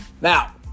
Now